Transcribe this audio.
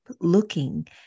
looking